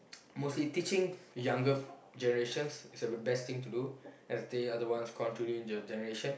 mostly teaching younger generations is the best thing to do as they are the ones controlling the generations